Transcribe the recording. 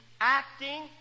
acting